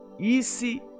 easy